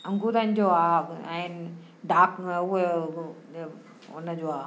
अंगूरनि जो आहे आहिनि डार्क उहो उनजो आहे